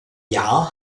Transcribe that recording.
jahr